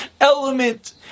element